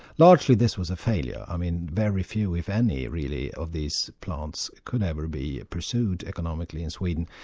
largely this was a failure, i mean very few, if any, really of these plants could ever be pursued economically in sweden,